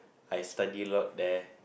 I study a lot there